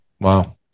Wow